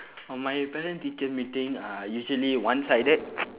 oh my parent teacher meeting uh usually one-sided